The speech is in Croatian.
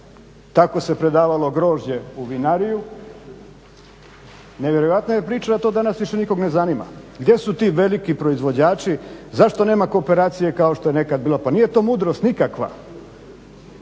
tako se predavalo grožđe u vinariju. Nevjerojatna je priča da to danas više nikoga ne zanima. Gdje su ti veliki proizvođači, zašto nema kooperacije kao što je nekada bila, pa nije to mudrost nikakva,